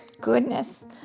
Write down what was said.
Goodness